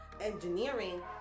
engineering